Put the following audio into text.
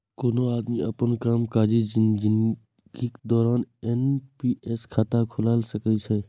कोनो आदमी अपन कामकाजी जिनगीक दौरान एन.पी.एस खाता खोला सकैए